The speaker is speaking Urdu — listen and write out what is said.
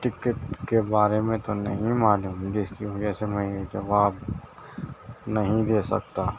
ٹکٹ کے بارے میں تو نہیں معلوم جس کی وجہ سے میں یہ جواب نہیں دے سکتا